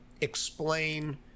explain